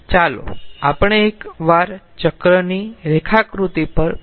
ચાલો આપણે એક વાર ચક્રની રેખાકૃતિ પર પાછા જઈએ